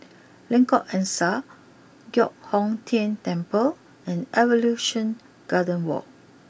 Lengkok Angsa Giok Hong Tian Temple and Evolution Garden walk